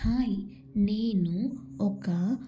hi నేను ఒక